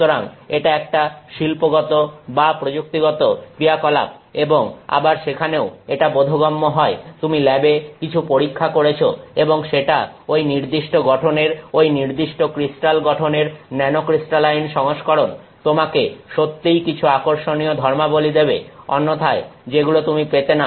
সুতরাং এটা একটা শিল্পগত বা প্রযুক্তিগত ক্রিয়া কলাপ এবং আবার সেখানেও এটা বোধগম্য হয় তুমি ল্যাবে কিছু পরীক্ষা করেছ এবং সেটা ঐ নির্দিষ্ট গঠনের ঐ নির্দিষ্ট ক্রিস্টাল গঠনের ন্যানোক্রিস্টালাইন সংস্করণ তোমাকে সত্যিই কিছু আকর্ষণীয় ধর্মাবলি দেবে অন্যথায় যেগুলো তুমি পেতে না